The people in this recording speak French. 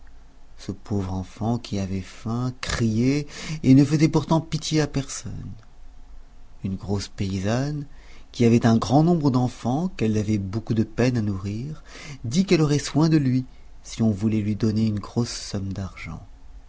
ce pauvre enfant qui avait faim criait et ne faisait pourtant pitié à personne une grosse paysanne qui avait un grand nombre d'enfants qu'elle avait beaucoup de peine à nourrir dit qu'elle aurait soin de lui si on voulait lui donner une grosse somme d'argent